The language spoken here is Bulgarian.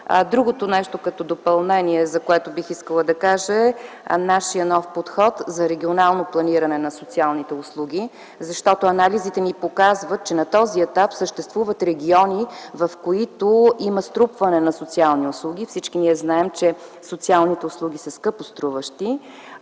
Другото допълнение, за което бих искала да кажа, е нашият нов подход за регионално планиране на социалните услуги, защото анализите ни показват, че на този етап съществуват региони, в които има струпване на социални услуги за сметка на други региони, в които нищо